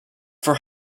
for